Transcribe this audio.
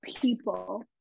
people